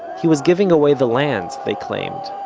he was giving away the land, they claimed,